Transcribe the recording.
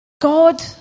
God